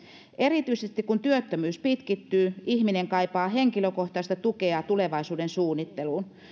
erityisesti kun työttömyys pitkittyy ihminen kaipaa henkilökohtaista tukea tulevaisuuden suunnitteluun